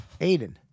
Aiden